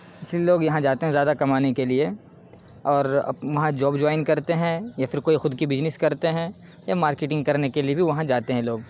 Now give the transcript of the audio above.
اسی لیے لوگ یہاں جاتے ہیں زیادہ کمانے کے لیے اور وہاں جاب جوائن کرتے ہیں یا پھر کوئی خود کی کوئی بجنس کرتے ہیں یا مارکٹنگ کرنے کے لیے بھی وہاں جاتے ہیں لوگ